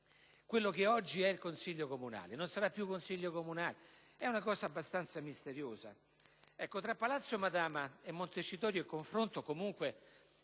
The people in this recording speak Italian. quello che oggi è il Consiglio comunale non sarà più tale? È una cosa abbastanza misteriosa.